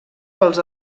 pels